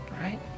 Right